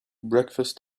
breakfast